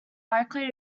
likely